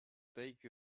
take